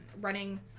running